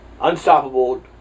unstoppable